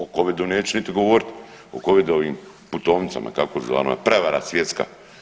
O Covid-u neću niti govoriti o Covidovim putovnicama … [[ne razumije se]] prevara svjetska.